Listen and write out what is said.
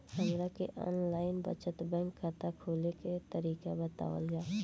हमरा के online बचत बैंक खाता खोले के तरीका बतावल जाव?